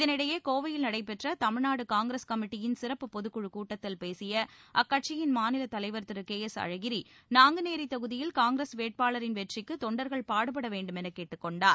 இதனிடையே கோவையில் நடைபெற்ற தமிழ்நாடு காங்கிரஸ் கமிட்டியின் சிறப்பு பொதுக்குழு கூட்டத்தில் பேசிய அக்கட்சியின் மாநில தலைவர் திரு கே எஸ் அழகிரி நாங்குநேரி தொகுதியில் காங்கிரஸ் வேட்பாளரின் வெற்றிக்கு தொண்டர்கள் பாடுபட வேண்டுமென கேட்டுக் கொண்டார்